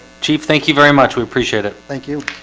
chief. thank you very much. we appreciate it. thank you